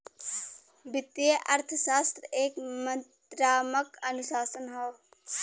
वित्तीय अर्थशास्त्र एक मात्रात्मक अनुशासन हौ